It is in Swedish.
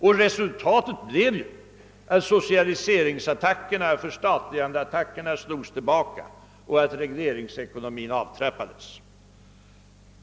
Och resultatet blev att socialiseringsoch förstatligandeattackerna slogs tillbaka och regleringsekonomin avtrappades.